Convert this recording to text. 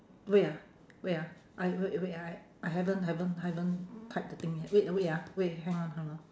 wait ah wait ah I wait wait ah I haven't haven't haven't type the thing yet wait ah wait ah wait hang on hang on